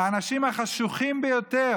האנשים החשוכים ביותר